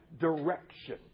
direction